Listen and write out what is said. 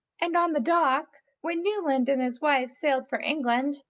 and on the dock, when newland and his wife sailed for england,